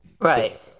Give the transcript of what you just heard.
Right